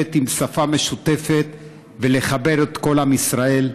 עם שפה משותפת ולחבר את כל עם ישראל?